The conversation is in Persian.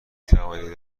توانید